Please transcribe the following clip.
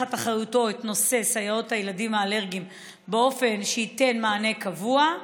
תחת אחריותו את נושא סייעות הילדים האלרגיים באופן שייתן מענה קבוע?